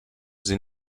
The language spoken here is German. sie